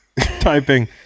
typing